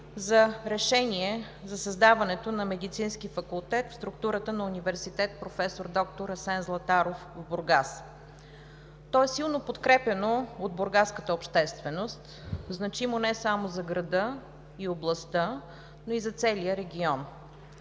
за Решение за създаването на Медицински факултет в структурата на Университет „Проф. д-р Асен Златаров“ в Бургас. То е силно подкрепяно от бургаската общественост и значимо не само за града и областта, но и за целия регион.